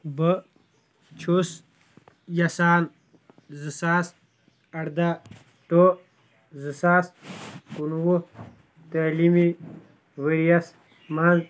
بہٕ چُھس یَژھان زٕ ساس اَڑداہ ٹُو زٕ ساس کُنوُہ تٔعلیٖمی ؤری یَس منٛز